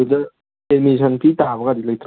ꯑꯗꯨꯗ admission fee ꯇꯥꯕꯒꯗꯤ ꯂꯩꯇ꯭ꯔꯣ